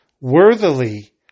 worthily